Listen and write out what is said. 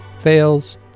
fails